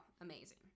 amazing